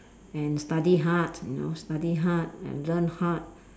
and study hard you know study hard and learn hard